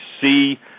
see